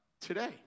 today